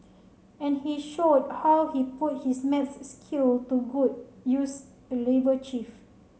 and he showed how he put his math skill to good use the labour chief